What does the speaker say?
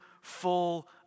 full